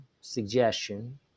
suggestion